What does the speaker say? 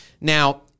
Now